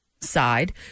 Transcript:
side